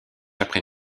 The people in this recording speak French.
après